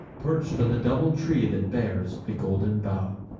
perch'd on the double tree that bears the golden bough.